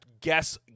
Guess